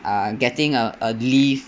um getting a leave